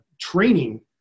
training